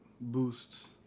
boosts